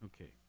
okay